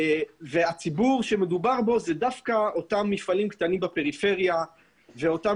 הציבור שמדובר בו אלו אותם מפעלים קטנים בפריפריה ואותם